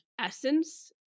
essence